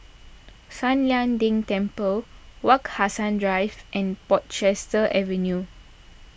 San Lian Deng Temple Wak Hassan Drive and Portchester Avenue